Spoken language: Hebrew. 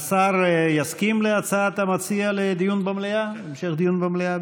השר יסכים להצעת המציע להמשך דיון במליאה?